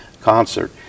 concert